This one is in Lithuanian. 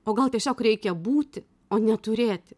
o gal tiesiog reikia būti o ne turėti